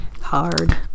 hard